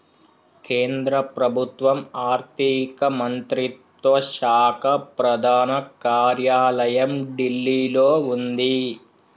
కేంద్ర ప్రభుత్వం ఆర్ధిక మంత్రిత్వ శాఖ ప్రధాన కార్యాలయం ఢిల్లీలో వుంది